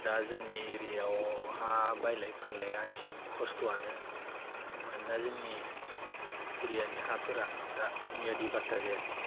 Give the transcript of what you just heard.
दा जोंनि एरियायाव हा बायलाय फानलाइया एसे खस्थ'आनो मानोना जोंनि एरियानि हाफोरा दा मियादि फात्ता जायाखै